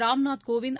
Ramnath Kovind